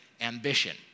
ambition